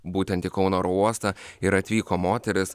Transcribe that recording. būtent į kauno oro uostą ir atvyko moteris